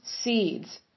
seeds